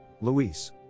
Luis